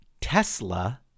Tesla